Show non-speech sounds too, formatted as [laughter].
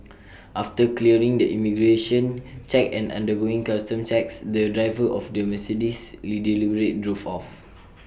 after clearing the immigration check and undergoing customs checks the driver of the Mercedes [unintelligible] drove off